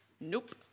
nope